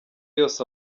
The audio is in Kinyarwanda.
yose